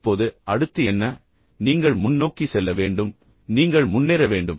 இப்போது அடுத்து என்ன நீங்கள் முன்னோக்கி செல்ல வேண்டும் நீங்கள் முன்னேற வேண்டும்